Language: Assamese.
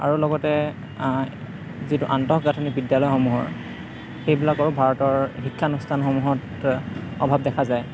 আৰু লগতে যিটো আন্তঃগাঁথনি বিদ্যালয়সমূহৰ সেইবিলাকো ভাৰতৰ শিক্ষানুষ্ঠানসমূহত অভাৱ দেখা যায়